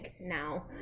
now